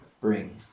bring